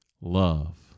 Love